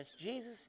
Jesus